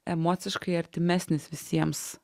emociškai artimesnis visiems